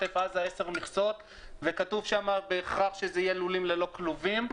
עוד 12 מכסות של קול קורא במבנה של לולים ללא כלובים.